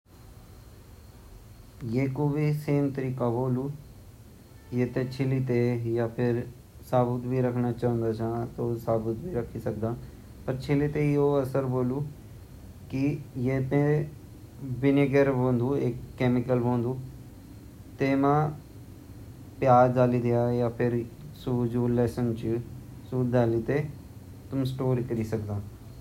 प्याज-लसन ते हम कैट के सूखे भी सकन अर प्याज-लसन ते वेते हम पीसी ते पेस्ट भी बने ते रख सकन प्याज-लसनो हम अचार बने के रख सकन बवेते हम जो हमरु मतलब क्वे केमिकल ची वेमा भी हम डुबे ते रख सकन।